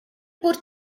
por